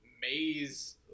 maze